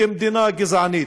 כמדינה גזענית?